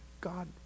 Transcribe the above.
God